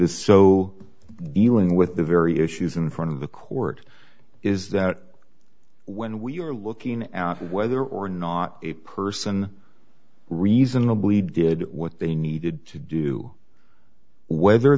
is so dealing with the very issues in front of the court is that when we are looking at whether or not a person reasonably did what they needed to do whether